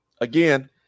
again